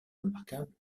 remarquable